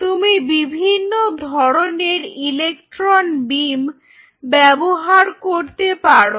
তুমি বিভিন্ন ধরনের ইলেক্ট্রন বিম ব্যবহার করতে পারো